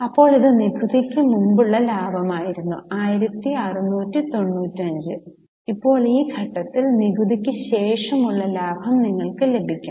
അപ്പോൾ ഇത് നികുതിയ്ക്ക് മുമ്പുള്ള ലാഭമായിരുന്നു 1695 ഇപ്പോൾ ഈ ഘട്ടത്തിൽ നികുതിയ്ക്ക് ശേഷം ഉള്ള ലാഭം നിങ്ങൾക്ക് ലഭിക്കും